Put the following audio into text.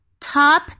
Top